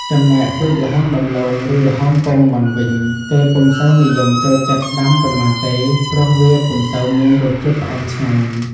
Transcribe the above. ចំំណែកពូជល្ហុងដំឡូង ឬល្ហុងពងមាន់វិញ គេពុំសូវនិយមចូលចិត្តដាំប៉ុន្មានទេ ព្រោះវាពុំសូវមានរសជាតិផ្អែមឆ្ងាញ់។